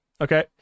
Okay